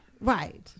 Right